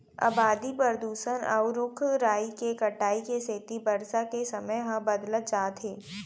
अबादी, परदूसन, अउ रूख राई के कटाई के सेती बरसा के समे ह बदलत जात हे